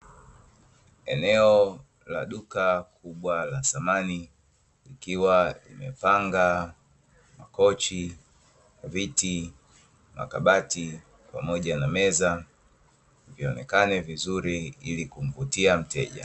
Eneo la duka kubwa la samani, likiwa limepanga makochi, viti, makabati, pamoja na meza, vionekane vizuri ili kumvutia mteja.